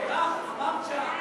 אדוני היושב-ראש,